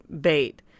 bait